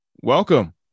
welcome